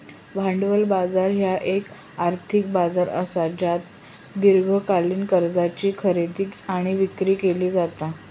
भांडवल बाजार ह्यो येक आर्थिक बाजार असा ज्येच्यात दीर्घकालीन कर्जाची खरेदी आणि विक्री केली जाता